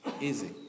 Easy